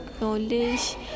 knowledge